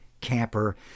camper